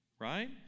right